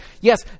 yes